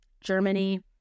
Germany